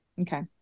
Okay